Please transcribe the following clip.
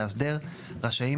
מאסדר) רשאים,